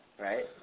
right